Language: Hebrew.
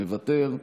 מוותר,